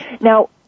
Now